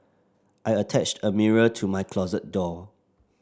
I attached a mirror to my closet door